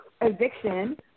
eviction